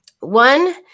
One